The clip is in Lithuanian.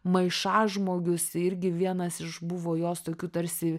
maišažmogius irgi vienas iš buvo jos tokių tarsi